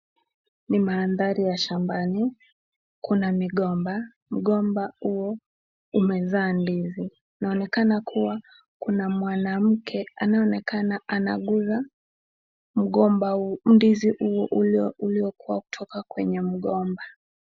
Ni mandhari ya shambani, kuna migomba. Mgomba huo umezaa ndizi. Inaonekana kuwa kuna mwanamke anaonekana anaguza mgomba huo, ndizi uliokuwa kutoka kwenye mgomba.